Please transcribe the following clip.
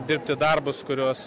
dirbti darbus kuriuos